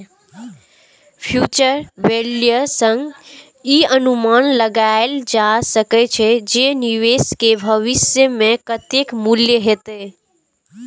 future value सं ई अनुमान लगाएल जा सकै छै, जे निवेश के भविष्य मे कतेक मूल्य हेतै